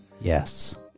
Yes